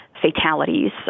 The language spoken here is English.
fatalities